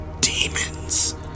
demons